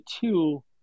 two